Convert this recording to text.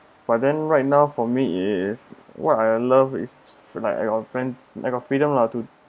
but then right now for me is what I love is for like your friend like got freedom lah to